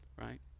right